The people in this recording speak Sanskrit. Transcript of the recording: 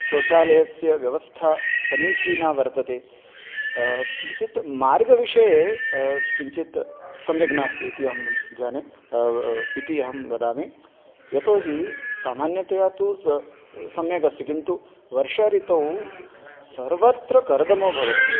शौचालयस्य व्यवस्था समीचीना वर्तते किञ्चित् मार्गविषये किञ्चित् सम्यक् नास्ति इति अहं जाने इति अहं वदामि यतोऽहि सामान्यतया तु सम् सम्यक् अस्ति किन्तु वर्षा ऋतौ सर्वत्र कर्दमः भवति खलु